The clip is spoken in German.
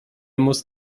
musst